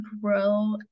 grow